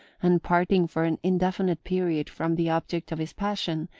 and parting for an indefinite period from the object of his passion,